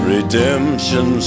Redemption